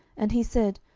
and he said,